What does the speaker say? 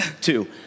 Two